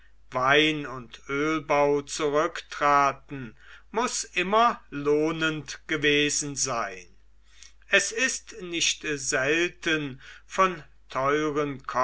wein und ölbau zurücktraten muß immer lohnend gewesen sein es ist nicht selten von teuren